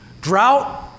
Drought